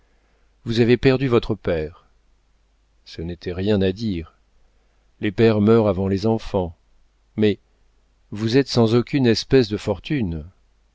vous avez perdu votre père ce n'était rien à dire les pères meurent avant les enfants mais vous êtes sans aucune espèce de fortune